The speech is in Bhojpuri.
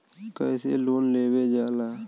कैसे लोन लेवल जाला?